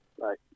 Right